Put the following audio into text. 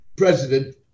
President